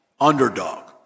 underdog